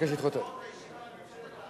אפשר לדחות את ההצבעות על ממשלת האחדות?